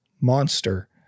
monster